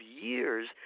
years